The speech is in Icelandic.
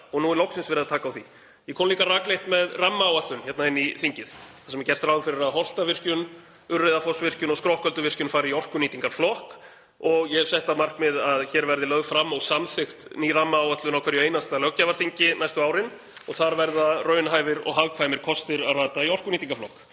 og nú er loksins verið að taka á því. Ég kom líka rakleitt með rammaáætlun hérna inn í þingið þar sem gert er ráð fyrir að Holtavirkjun, Urriðafossvirkjun og Skrokkölduvirkjun fari í orkunýtingarflokk og ég hef sett það markmið að hér verði lögð fram og samþykkt ný rammaáætlun á hverju einasta löggjafarþingi næstu árin og þar verða raunhæfir og hagkvæmir kostir að rata í orkunýtingarflokk.